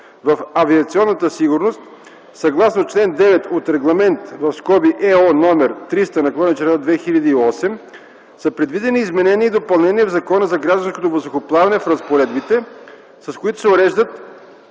в авиационната сигурност съгласно чл. 9 от Регламент (ЕО) № 300/2008, са предвидени изменения и допълнения в Закона за гражданското въздухоплаване в разпоредбите, с които се уреждат